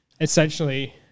essentially